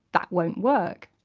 that wouldn't work,